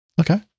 Okay